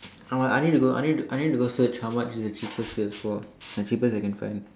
I w~ I need to go I need I need to go search how much is the cheapest P_S four the cheapest that can find